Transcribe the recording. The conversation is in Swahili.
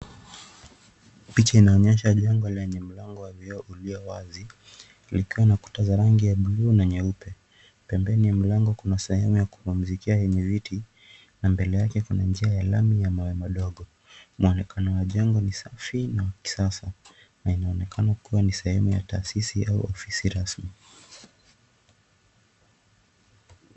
Picha inaonyesha jengo lenye mlango wa vioo uliyo wazi, likiwa na ukuta za rangi ya buluu na nyeupe. Pembeni wa mlango kuna sehemu ya kupimzikia yenye viti na mbele yake kuna njia ya lami ya mawe madogo. Mwonekano wa jengo ni safi na wa kisasa na inaonekana kuwa ni sehemu ya taasisi au ni ofisi rasmi.